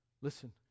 listen